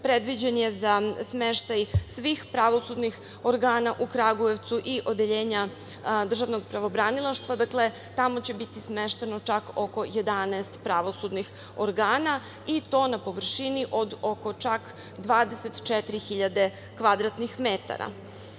predviđen je za smeštaj svih pravosudnih organa u Kragujevcu i odeljenja Državnog pravobranilaštva. Tamo će biti smešteno čak oko 11 pravosudnih organa i to na površini od oko čak 24.000 kvadratnih metara. Što